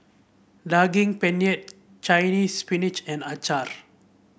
Daging Penyet Chinese Spinach and acar